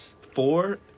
four